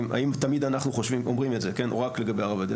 האם תמיד אנחנו רואים את זה או רק לגבי הרב עובדיה,